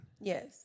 Yes